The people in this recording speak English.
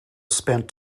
spent